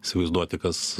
įsivaizduoti kas